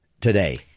today